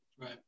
Right